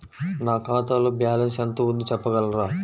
నా ఖాతాలో బ్యాలన్స్ ఎంత ఉంది చెప్పగలరా?